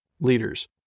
leaders